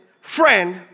friend